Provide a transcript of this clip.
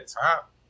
Top